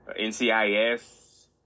NCIS